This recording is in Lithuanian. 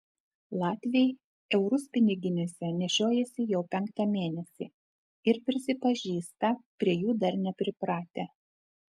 latviai eurus piniginėse nešiojasi jau penktą mėnesį ir prisipažįsta prie jų dar nepripratę